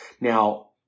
Now